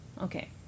Okay